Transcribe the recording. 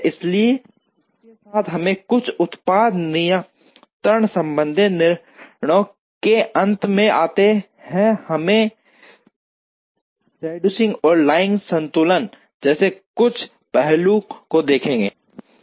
इसलिए इसके साथ हम कुछ उत्पादन नियंत्रण संबंधी निर्णयों के अंत में आते हैं हमने शेड्यूलिंग और लाइन संतुलन जैसे कुछ पहलुओं को देखा है